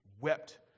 wept